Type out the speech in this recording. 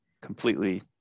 completely